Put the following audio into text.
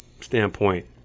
standpoint